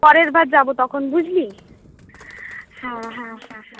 পরের বার যাবো তখন বুঝলি হ্যাঁ হ্যাঁ হ্যাঁ হ্যাঁ